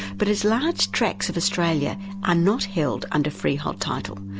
but as large tracts of australia are not held under freehold title,